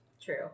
True